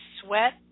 sweat